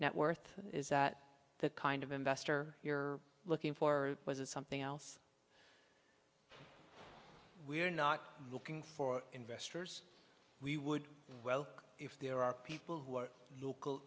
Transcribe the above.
now worth is that the kind of investor you're looking for was it something else we're not looking for investors we would well if there are people who are local